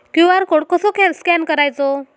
QR code कसो scan करायचो?